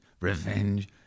Revenge